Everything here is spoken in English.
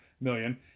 million